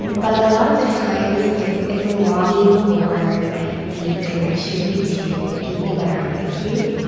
and but a lot of the times, it's it's a longing for, like, a deep connection to people that are like you.